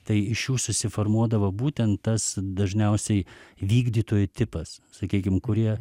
tai iš jų susiformuodavo būtent tas dažniausiai vykdytojų tipas sakykim kurie